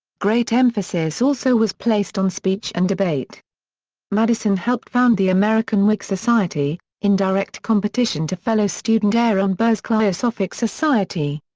great emphasis also was placed on speech and debate madison helped found the american whig society, in direct competition to fellow student aaron burr's cliosophic society.